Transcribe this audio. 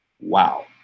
Wow